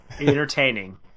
entertaining